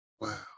Wow